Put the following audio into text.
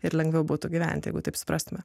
ir lengviau būtų gyventi jeigu taip suprastumėme